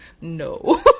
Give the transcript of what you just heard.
no